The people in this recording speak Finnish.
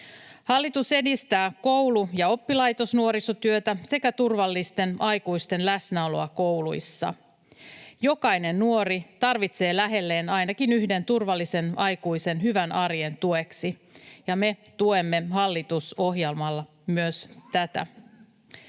Hallitus edistää koulu- ja oppilaitosnuorisotyötä sekä turvallisten aikuisten läsnäoloa kouluissa. Jokainen nuori tarvitsee lähelleen ainakin yhden turvallisen aikuisen hyvän arjen tueksi, ja me tuemme hallitusohjelmalla myös tätä.